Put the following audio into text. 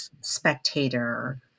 spectator